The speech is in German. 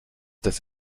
das